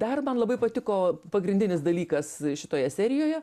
dar man labai patiko pagrindinis dalykas šitoje serijoje